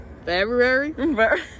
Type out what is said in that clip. February